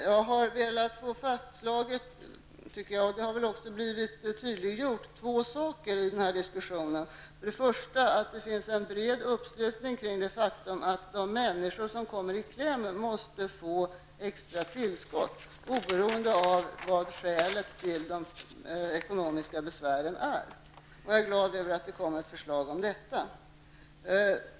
Jag har i den här diskussionen velat få två saker fastslagna, och de har väl också blivit tydliggjorda. Det är för det första att det finns en bred uppslutning kring det faktum att de människor som kommer i kläm måste få extra tillskott, oberoende av vilket skälet till de ekonomiska besvären är. Jag är glad över att det kommer ett förslag om detta.